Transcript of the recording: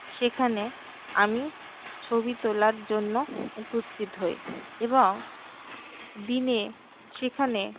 সেখানে আমি ছবি তোলার জন্য উপস্থিত হই এবং দিনে সেখানে